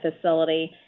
facility